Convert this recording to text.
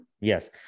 Yes